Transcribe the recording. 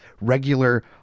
regular